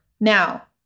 Now